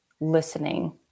listening